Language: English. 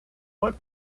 what